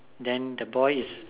then the boy is